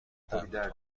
تمدید